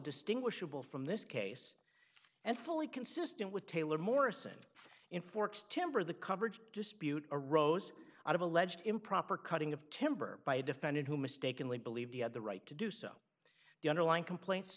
distinguishable from this case and fully consistent with taylor morrison in forks timber the coverage dispute arose out of alleged improper cutting of timber by a defendant who mistakenly believed he had the right to do so the underlying complaint